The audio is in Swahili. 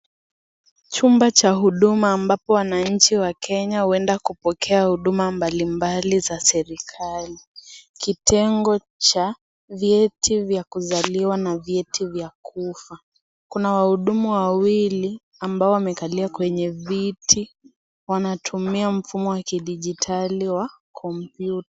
Chumba cha huduma ambapo wananchi wa Kenya huenda kupokea huduma mbalimbali za serikali. Kitengo cha vyeti vya kuzaliwa na vyeti vya kufa. Kuna wahudumu wawili ambao wamekalia kwenye viti, wanatumia mfumo wa kidigitali wa kompyuta.